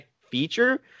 feature